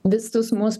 visus mus